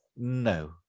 No